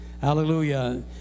Hallelujah